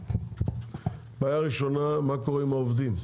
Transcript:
הבעיה הראשונה, מה קורה עם העובדים?